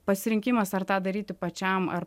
pasirinkimas ar tą daryti pačiam ar